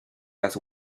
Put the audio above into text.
las